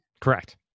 Correct